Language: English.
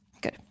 Good